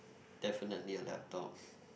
definitely a laptop